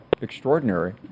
extraordinary